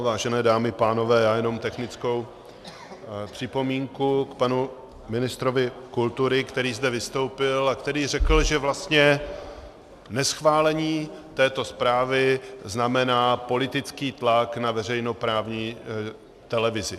Vážené dámy, pánové, já jenom technickou připomínku k panu ministrovi kultury, který zde vystoupil, a který řekl, že vlastně neschválení této zprávy znamená politický tlak na veřejnoprávní televizi.